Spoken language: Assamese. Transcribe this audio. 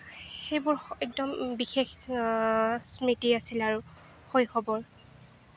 সেইবোৰ একদম বিশেষ স্মৃতি আছিল আৰু শৈশৱৰ